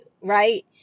right